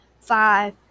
Five